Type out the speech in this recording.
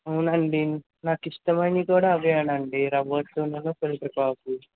అవునండీ నాకిష్టమైంది కూడా అదేనండీ రవ్వట్టును ఫిల్టర్ కాఫీ